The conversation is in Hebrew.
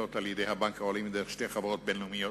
על-ידי הבנק העולמי דרך שתי חברות בין-לאומיות.